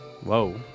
Whoa